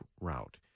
route